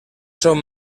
són